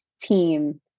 team